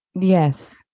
Yes